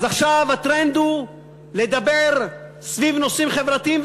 אז עכשיו הטרנד הוא לדבר סביב נושאים חברתיים,